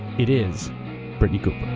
it is brittney cooper.